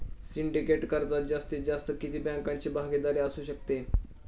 Syndicate कर्जात जास्तीत जास्त किती बँकांची भागीदारी असू शकते?